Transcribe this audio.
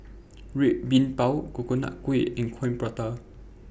Red Bean Bao Coconut Kuih and Coin Prata